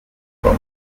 frank